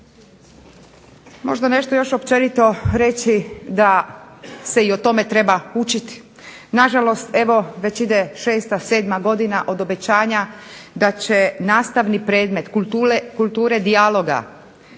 Možda nešto još općenito reći da se i o tome treba učiti. Nažalost, evo već ide šesta, sedma godina od obećanja da će nastavni predmet kulture dijaloga,